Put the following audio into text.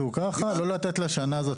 צריך לתת לשנה הזאת